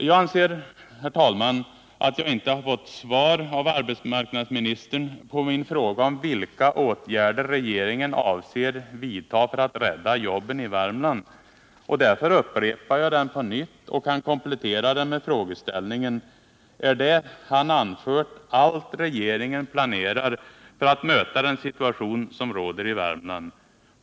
Jag anser inte, herr talman, att arbetsmarknadsministern gett svar på min fråga om vilka åtgärder regeringen avser vidta för att rädda jobben i Värmland. Därför upprepar jag den på nytt och kan komplettera min frågeställning: Är det han anfört allt regeringen planerar för att möta den situation som råder i Värmland?